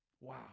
wow